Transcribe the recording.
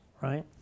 right